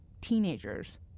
teenagers